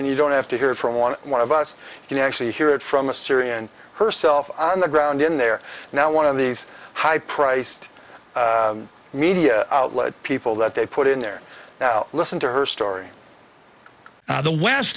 and you don't have to hear it from one one of us can actually hear it from the syrian herself on the ground in there now one of these high priced media outlets people that they put in there listen to her story the west